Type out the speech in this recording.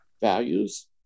values